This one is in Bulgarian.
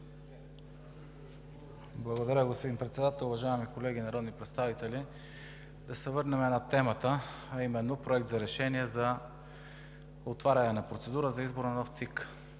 Благодаря, господин Председател. Уважаеми колеги народни представители, да се върнем на темата, а именно Проект за решение за отваряне на процедура за избора на нов